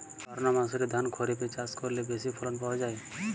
সর্ণমাসুরি ধান খরিপে চাষ করলে বেশি ফলন পাওয়া যায়?